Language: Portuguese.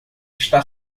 está